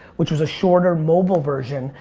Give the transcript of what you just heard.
which was a shorter mobile version.